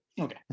Okay